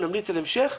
נמליץ על המשך,